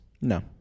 no